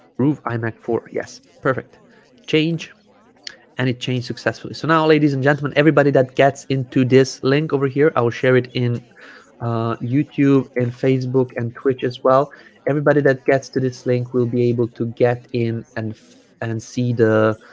groove imac four yes perfect change and it changed successfully so now ladies and gentlemen everybody that gets into this link over here i will share it in ah youtube and facebook and twitch as well everybody that gets to this link will be able to get in and and see the